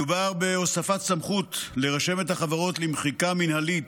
מדובר בהוספת סמכות לרשמת החברות למחיקה מינהלית